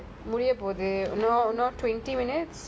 முடிய பொது இன்னும் இன்னும்:mudiya pothu inum inum twenty minutes